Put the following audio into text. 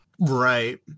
Right